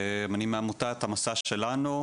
אני מעמותת המשא שלנו,